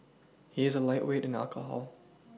he is a lightweight in alcohol